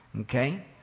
Okay